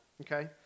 okay